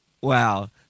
Wow